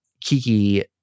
Kiki